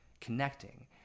connecting